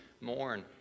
mourn